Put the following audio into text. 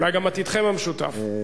אולי גם עתידכם המשותף,